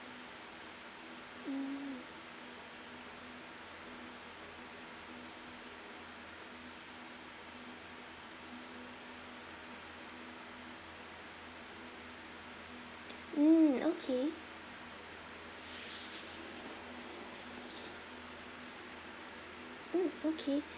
mm mm okay mm okay